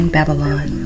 Babylon